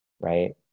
right